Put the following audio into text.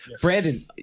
Brandon